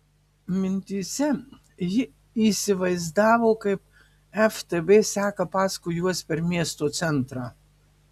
mintyse ji įsivaizdavo kaip ftb seka paskui juos per miesto centrą